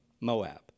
Moab